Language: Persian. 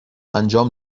انجام